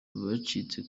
bacitse